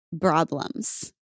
problems